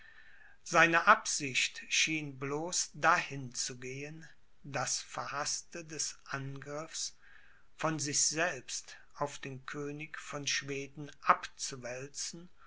seine absicht schien bloß dahin zu gehen das verhaßte des angriffs von sich selbst auf den könig von schweden abzuwälzen